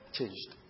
changed